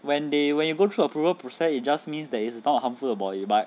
when they when you go through approval process it just means that is not harmful to your body but